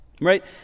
right